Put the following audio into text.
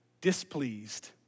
displeased